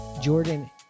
jordan